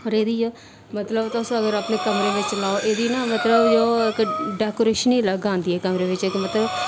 रेहदी ऐ मतलब तुस अगर अपने कमरे बिच्च लाओ एह्दी ना मतलब जो इक डैकोरेशन ई अलग आंदी ऐ कमरे बिच्च इक मतलब